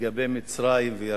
לגבי מצרים וירדן.